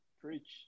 Preach